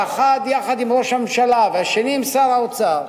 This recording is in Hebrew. האחד יחד עם ראש הממשלה והשני עם שר האוצר,